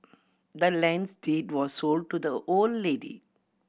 the land's deed was sold to the old lady